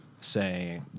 say